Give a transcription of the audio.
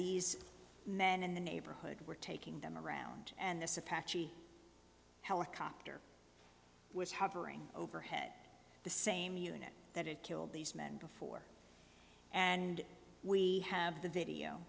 these men in the neighborhood were taking them around and this a patsy helicopter was hovering overhead at the same unit that it killed these men before and we have the video